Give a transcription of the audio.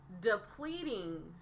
depleting